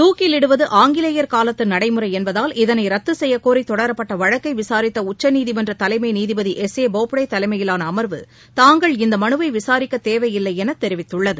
தூக்கிவிடுவது ஆங்கிலேயர் காலத்துநடைமுறைஎன்பதால் இதனைரத்துசெய்யக்கோரிதொடரப்பட்டவழக்கைவிசாரித்தஉச்சநீதிமன்றதலைமைநீதிபதி எஸ் ஏ போப்டேதலைமையிலாளஅமா்வு தாங்கள் இந்தமனுவைவிசாரிக்கதேவையில்லையெனதெரிவித்துள்ளது